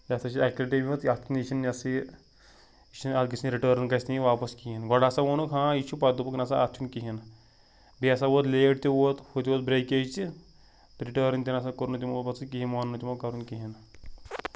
یہِ ہسا چھِ ایٚکلِٹی منٛز یَتھ نہٕ چھُنہٕ یہِ ہسا یہِ یہِ چھنہٕ اَتھ گژھِ نہٕ رِٹٲرٕن گژھِ نہٕ یہِ واپَس کِہیٖنۍ گۄڈٕ ہَسا ووٚنُکھ ہاں یہِ چھُ پَتہٕ دوٚپُکھ نہٕ سا اَتھ چھُنہٕ کِہیٖنۍ بیٚیہِ ہَسا ووت لیٹ تہِ ووت ہُتہِ اوس برٛیکیج تہِ رِٹٲرٕن تہِ نہٕ سا کوٚر نہٕ تِمو پَتہٕ سُہ کِہیٖنۍ مون نہٕ تِمو کَرُن کِہیٖنۍ